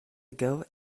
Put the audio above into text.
ago